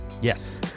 yes